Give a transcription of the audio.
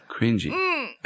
Cringy